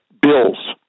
bills